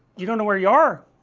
you don't know where you are